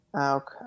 Okay